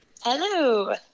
Hello